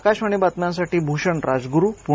आकाशवाणी बातम्यांसाठी भूषण राजगुरू पुणे